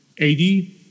80